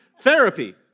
therapy